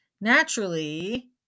Naturally